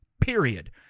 period